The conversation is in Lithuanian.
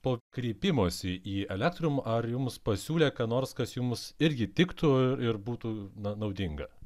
po kreipimosi į elektrum ar jums pasiūlė ką nors kas jums irgi tiktų i ir būtų na naudinga